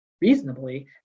reasonably